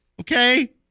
Okay